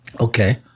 okay